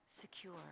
secure